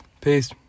Peace